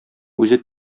үзе